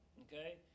Okay